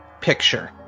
picture